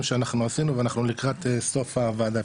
שאנחנו עשינו ואנחנו לקראת סוף הוועדה.